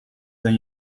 than